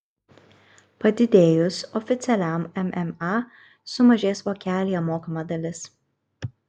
padidėjus oficialiam mma sumažės vokelyje mokama dalis